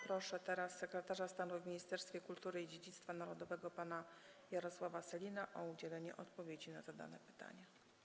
Proszę sekretarza stanu w Ministerstwie Kultury i Dziedzictwa Narodowego pana Jarosława Sellina o udzielenie odpowiedzi na zadane pytania.